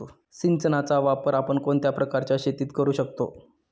सिंचनाचा वापर आपण कोणत्या प्रकारच्या शेतीत करू शकतो?